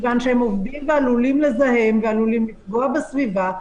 מכיוון שהם עובדים ועלולים לזהם ועלולים לפגוע בסביבה,